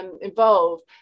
involved